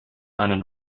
einen